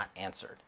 answered